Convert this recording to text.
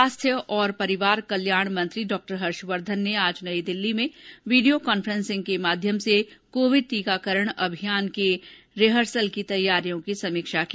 स्वास्थ्य और परिवार कल्याण मंत्री डॉ हर्षवर्धन ने आज दिल्ली में वीडियो कांफ्रेंसिंग के माध्यम से कोविड टीकाकरण अभियान के रिहर्सल की तैयारियों की समीक्षा की